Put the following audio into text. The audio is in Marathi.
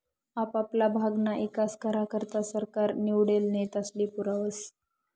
आपापला भागना ईकास करा करता सरकार निवडेल नेतास्ले पैसा पुरावस